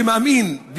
כמאמין,